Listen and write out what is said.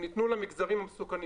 ניתנו למגזרים המסוכנים.